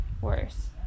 worse